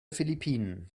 philippinen